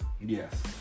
Yes